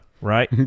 right